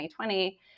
2020